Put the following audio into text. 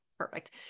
perfect